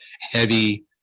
heavy